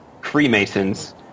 Freemasons